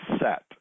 set